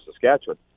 Saskatchewan